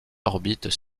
orbites